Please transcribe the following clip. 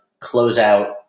closeout